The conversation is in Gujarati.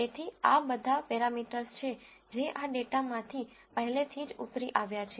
તેથી આ બધા પેરામીટર્સ છે જે આ ડેટામાંથી પહેલેથી જ ઉતરી આવ્યા છે